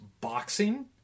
boxing